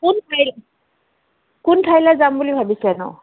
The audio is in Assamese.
কোন ঠাই কোন ঠাইলৈ যাম বুলি ভাবিছেনো